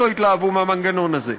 ובצדק לא התלהבו מהמנגנון הזה.